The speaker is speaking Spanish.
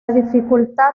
dificultad